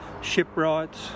shipwrights